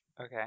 okay